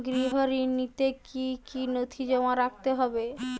গৃহ ঋণ নিতে কি কি নথি জমা রাখতে হবে?